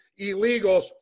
illegals